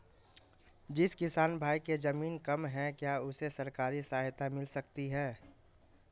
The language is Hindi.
जिस किसान भाई के ज़मीन कम है क्या उसे सरकारी सहायता मिल सकती है?